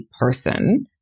person